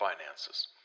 finances